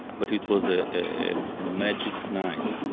but it was ah a magic night.